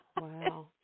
Wow